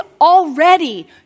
already